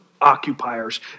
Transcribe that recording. occupiers